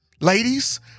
ladies